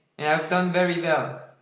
and i've done very well.